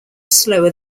slower